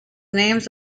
names